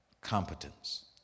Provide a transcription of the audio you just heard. competence